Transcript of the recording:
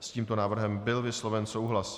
S tímto návrhem byl vysloven souhlas.